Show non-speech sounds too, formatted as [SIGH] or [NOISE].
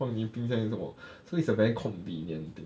放你冰箱还是什么 [BREATH] so its a very convenient thing